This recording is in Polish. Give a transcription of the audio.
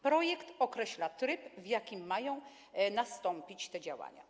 Projekt określa tryb, w jakim mają nastąpić te działania.